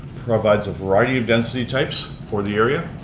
provides a variety of density types for the area.